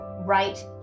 right